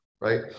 Right